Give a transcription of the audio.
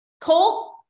cold